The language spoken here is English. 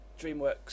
DreamWorks